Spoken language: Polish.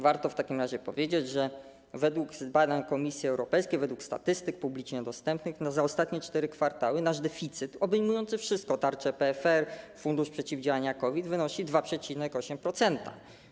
Warto w takim razie powiedzieć, że według badań Komisji Europejskiej, według publicznie dostępnych statystyk za ostatnie cztery kwartały nasz deficyt obejmujący wszystko: tarcze PFR, Fundusz Przeciwdziałania COVID wynosi 2,8%.